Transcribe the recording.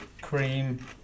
cream